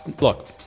Look